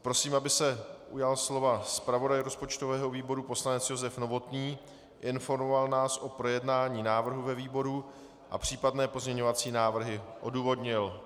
Prosím, aby se ujal slova zpravodaj rozpočtového výboru poslanec Josef Novotný, informoval nás o projednání návrhu ve výboru a případné pozměňovací návrhy odůvodnil.